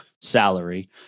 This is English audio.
salary